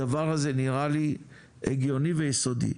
הדבר הזה נראה לי הגיוני וייסודי.